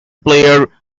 player